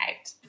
out